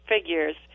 figures